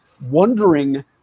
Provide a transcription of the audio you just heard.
wondering